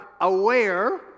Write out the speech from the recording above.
aware